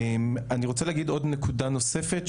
אני רוצה להגיד עוד נקודה נוספת.